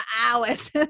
hours